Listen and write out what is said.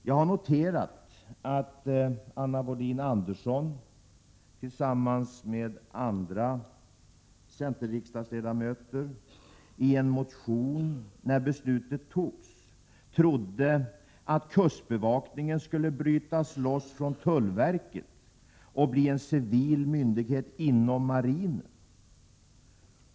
Jag har noterat att Anna Wohlin-Andersson tillsammans med andra centerriksdagsledamöter i en motion i samband med behandlingen i riksdagen trodde att kustbevakningen skulle brytas loss från tullverket och bli en civil myndighet inom marinen.